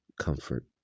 comfort